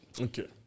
Okay